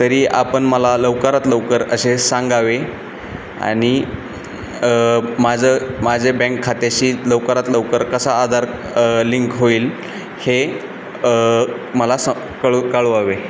तरी आपण मला लवकरात लवकर असे सांगावे आणि माझं माझ्या बँक खात्याशी लवकरात लवकर कसा आधार लिंक होईल हे मला स कळ कळवावे